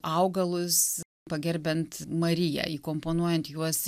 augalus pagerbiant mariją įkomponuojant juos